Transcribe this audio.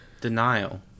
denial